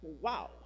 wow